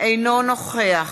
אינו נוכח